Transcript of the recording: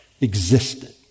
existed